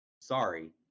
Sorry